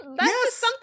Yes